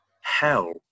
hell